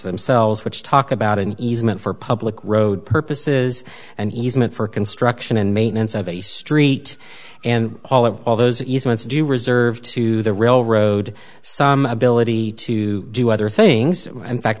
themselves which talk about an easement for public road purposes an easement for construction and maintenance of a street and all of all those easement to do reserved to the railroad some ability to do other things in fact